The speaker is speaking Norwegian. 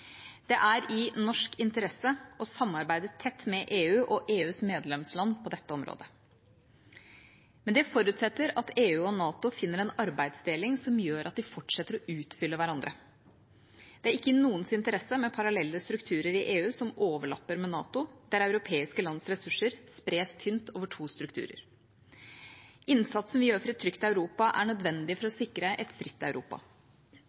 Det er i norsk interesse å samarbeide tett med EU og EUs medlemsland på dette området. Men dette forutsetter at EU og NATO finner en arbeidsdeling som gjør at de fortsetter å utfylle hverandre. Det er ikke i noens interesse med parallelle strukturer i EU som overlapper med NATO – der europeiske lands ressurser spres tynt over to strukturer. Innsatsen vi gjør for et trygt Europa, er nødvendig for å sikre et fritt Europa.